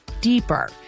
deeper